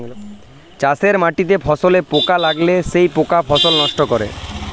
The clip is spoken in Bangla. চাষের মাটিতে ফসলে পোকা লাগলে সেই পোকা ফসল নষ্ট করে